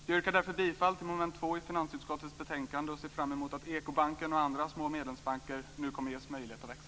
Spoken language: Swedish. Jag yrkar därför bifall till hemställan under mom. 2 i finansutskottets betänkande och ser fram emot att Ekobanken och andra små medlemsbanker nu kommer att ges möjlighet att växa.